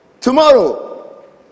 tomorrow